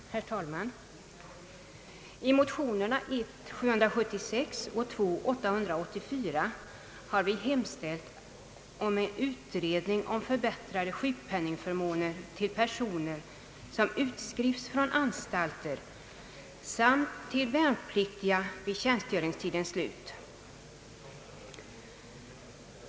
Herr talman! I motionerna I: 776 och II: 884 har vi hemställt om utredning om förbättrade sjukpenningförmåner till personer som utskrivs från anstalter samt till värnpliktiga vid tjänstgöringstidens slut.